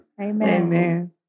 Amen